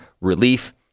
relief